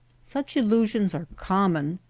such illusions are common,